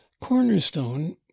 cornerstone